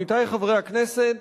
עמיתי חברי הכנסת,